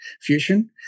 fusion